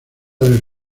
del